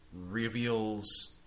reveals